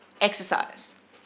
exercise